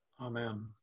Amen